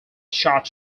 shot